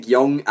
Young